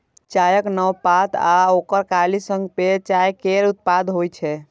चायक नव पात आ ओकर कली सं पेय चाय केर उत्पादन होइ छै